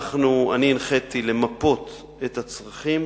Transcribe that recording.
אני הנחיתי למפות את הצרכים